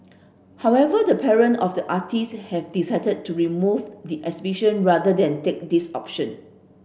however the parent of the artists have decided to remove the exhibition rather than take this option